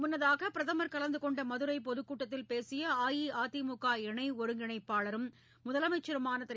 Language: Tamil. முன்னதாக பிரதமர் கலந்துகொண்ட மதுரை பொதுக்கூட்டத்தில் பேசிய அஇஅதிமுக இணை ஒருங்கிணைப்பாளரும் முதலமைச்சருமான திரு